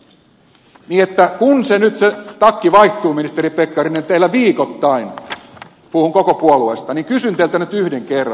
niin että kun se takki nyt vaihtuu ministeri pekkarinen teillä viikoittain puhun koko puolueesta niin kysyn teiltä nyt yhden kerran